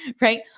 right